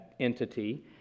entity